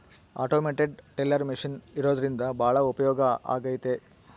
automated teller machine ಇರೋದ್ರಿಂದ ಭಾಳ ಉಪಯೋಗ ಆಗೈತೆ